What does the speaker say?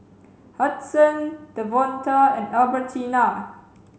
Hudson Devonta and Albertina